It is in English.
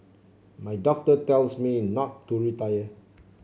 my doctor tells me not to retire